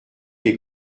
les